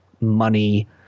money